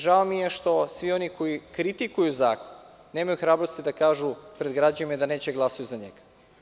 Žao mi je što svi oni koji kritikuju zakon nemaju hrabrosti da kažu pred građanima da neće glasati za njega.